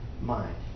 mind